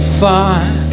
fine